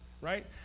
right